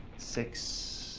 six,